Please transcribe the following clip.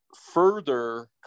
further